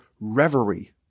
reverie